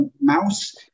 mouse